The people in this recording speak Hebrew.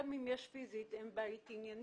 גם אם יש פיזית, אין בית ענייני.